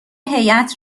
هیئت